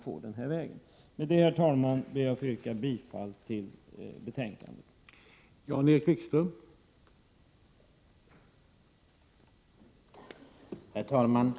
Med det, herr talman, ber jag att få yrka bifall till utskottets hemställan.